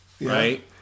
right